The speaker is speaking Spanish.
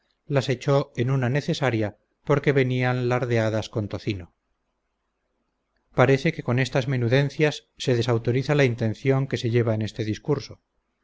las echó en una necesaria porque venían lardeadas con tocino parece que con estas menudencias se desautoriza la intención que se lleva en este discurso